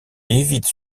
évite